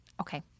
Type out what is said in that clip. Okay